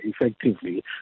effectively